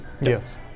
yes